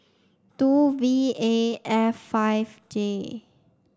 two V A F five J